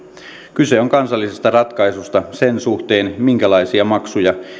kyse on kansallisesta ratkaisusta sen suhteen minkälaisia maksuja